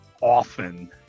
often